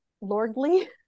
lordly